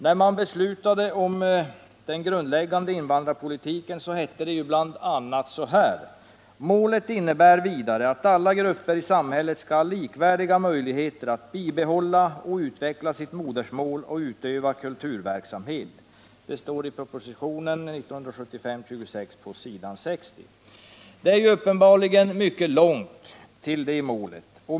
När man fattade beslut om den grundläggande invandrarpolitiken hette det bl.a. så här: ”Målet innebär vidare att alla grupper i samhället skall ha likvärdiga möjligheter att bibehålla och utveckla sitt modersmål och att utöva kulturverksamhet.” Citatet är hämtat från propositionen 1975:26 s. 60. Det är uppenbarligen mycket långt till det målet.